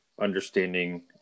understanding